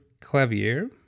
Clavier